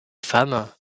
femme